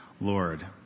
Lord